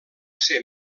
ser